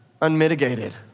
unmitigated